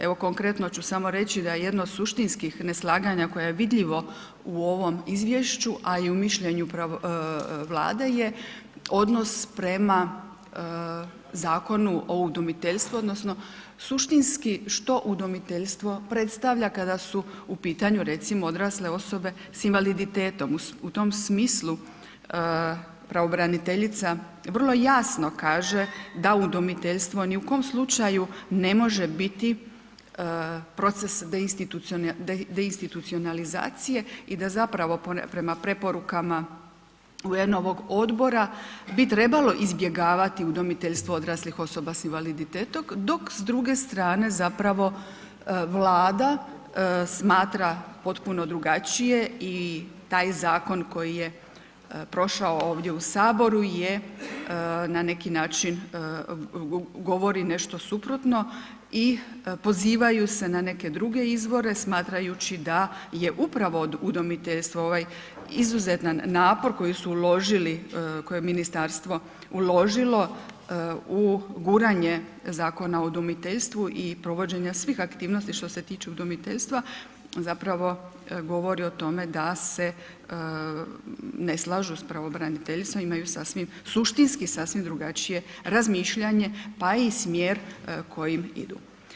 Evo konkretno ću samo reći da je jedno od suštinskih neslaganja koje je vidljivo u ovom izvješću a i u mišljenju Vlade je odnos prema Zakonu o udomiteljstvu odnosno suštinski što udomiteljstvo predstavlja kada su u pitanju recimo odrasle osobe sa invaliditetom, u tom smislu pravobraniteljica vrlo jasno kaže da udomiteljstvo ni u kom slučaju ne može biti proces deinstitucionalizacije i da zapravo prema preporukama UN odbora bi trebalo izbjegavati udomiteljstvo odraslih osoba sa invaliditetom, dok s druge strane zapravo Vlada smatra potpuno drugačije i taj zakon koji je propao ovdje u Saboru je na neki način govori nešto suprotno i pozivaju se na neke druge izvore, smatrajući da je upravo udomiteljstvo ovaj izuzetan napor koji su uložili, koje je ministarstvo uložilo u guranje Zakona o udomiteljstvu i provođenja svih aktivnosti što se tiče udomiteljstva zapravo govori o tome da se ne slažu sa pravobraniteljstvom, imaju suštinski sasvim drugačije razmišljanje pa i smjer kojim idu.